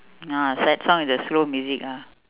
ah sad song with the slow music ah